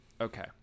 Okay